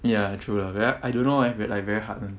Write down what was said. ya true lah ve~ I don't know eh like very hard one